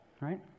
Right